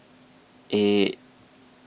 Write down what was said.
eight